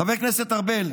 חבר הכנסת ארבל,